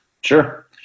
Sure